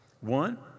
One